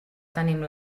tenim